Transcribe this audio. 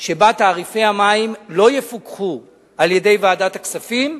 שבה תעריפי המים לא יפוקחו על-ידי ועדת הכספים,